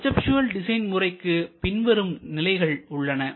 conceptual design முறைக்குப் பின்வரும் நிலைகள் உள்ளன